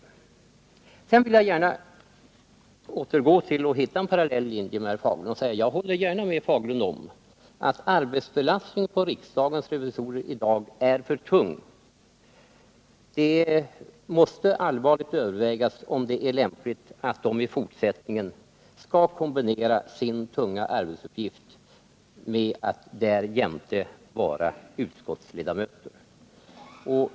För att återgå till en med herr Fagerlunds linje parallell uppfattning vill jag säga att jag gärna håller med herr Fagerlund om att arbetsbelastningen på riksdagens revisorer i dag är för tung. Det måste allvarligt övervägas om det är lämpligt att de i fortsättningen skall kombinera sin tunga arbetsuppgift med att därjämte vara utskottsledamöter.